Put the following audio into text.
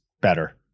better